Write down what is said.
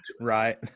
Right